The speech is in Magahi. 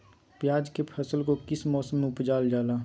प्याज के फसल को किस मौसम में उपजल जाला?